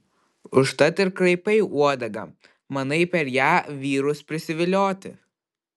užtat ir kraipai uodegą manai per ją vyrus prisivilioti